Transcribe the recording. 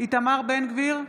איתמר בן גביר,